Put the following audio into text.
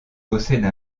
possède